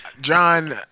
John